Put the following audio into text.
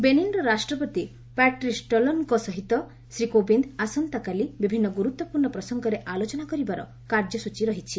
ବେନିନ୍ର ରାଷ୍ଟ୍ରପତି ପାଟ୍ରିସ୍ ଟାଲୋନଙ୍କ ସହିତ ଶ୍ରୀ କୋବିନ୍ଦ୍ ଆସନ୍ତାକାଲି ବିଭିନ୍ନ ଗୁରୁତ୍ୱପୂର୍ଣ୍ଣ ପ୍ରସଙ୍ଗରେ ଆଲୋଚନା କରିବାର କାର୍ଯ୍ୟସ୍ତ୍ରଚୀ ରହିଛି